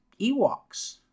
Ewoks